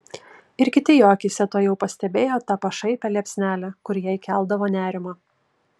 ir kiti jo akyse tuojau pastebėjo tą pašaipią liepsnelę kuri jai keldavo nerimą